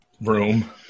room